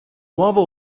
nuovo